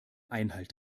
einhalt